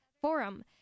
forum